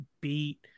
beat